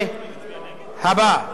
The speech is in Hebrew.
לנושא הבא: